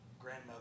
grandmother